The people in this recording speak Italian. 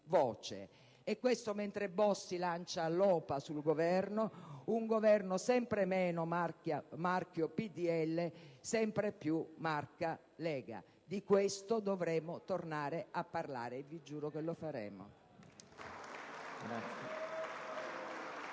e questo mentre Bossi lancia l'OPA sul Governo, un Governo sempre meno a marchio PdL e sempre più a marchio Lega. Di ciò dovremo tornare a parlare e vi giuro che lo faremo.